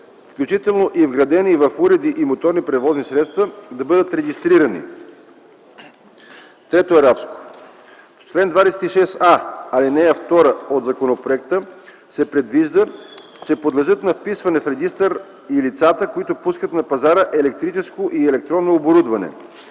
включително и вградени в уреди и моторни превозни средства, да бъдат регистрирани. 3. В чл. 26а, ал. 2 от законопроекта се предвижда, че подлежат на вписване в регистър и лицата, които пускат на пазара електрическо и електронно оборудване.